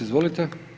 Izvolite.